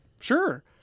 sure